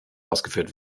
ausgeführt